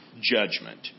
judgment